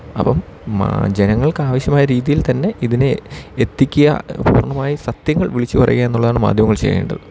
അപ്പം ജനങ്ങൾക്ക് ആവശ്യമായ രീതിയിൽ തന്നെ ഇതിനെ എത്തിക്കുക പൂർണ്ണമായി സത്യങ്ങൾ വിളിച്ചു പറയുക എന്നുള്ളതാണ് മാധ്യമങ്ങൾ ചെയ്യേണ്ടത്